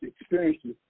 experiences